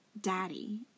daddy